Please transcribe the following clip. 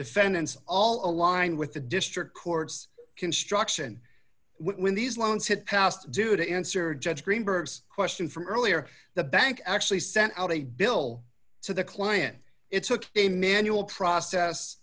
defendants all aligned with the district court's construction when these loans had passed due to answer judge greenberg's question from earlier the bank actually sent out a bill to the client it took a manual process